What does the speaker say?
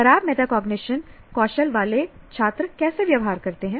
खराब मेटाकॉग्निशन कौशल वाले छात्र कैसे व्यवहार करते हैं